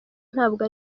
ntabwo